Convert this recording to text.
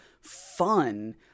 fun